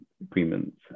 agreements